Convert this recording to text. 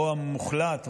רוע מוחלט,